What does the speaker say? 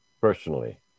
personally